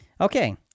Okay